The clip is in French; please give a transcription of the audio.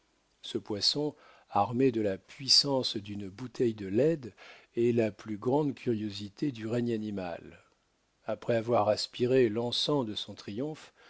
ce poisson armé de la puissance d'une bouteille de leyde est la plus grande curiosité du règne animal après avoir aspiré l'encens de son triomphe